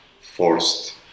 forced